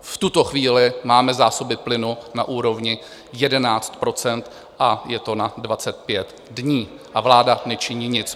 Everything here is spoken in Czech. V tuto chvíli máme zásoby plynu na úrovni 11 %, je to na 25 dní a vláda nečiní nic.